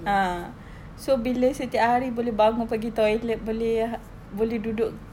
ah so bila setiap hari boleh bangun pergi toilet boleh boleh duduk